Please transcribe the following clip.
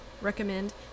recommend